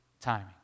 timing